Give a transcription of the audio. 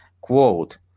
quote